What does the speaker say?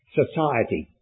society